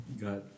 got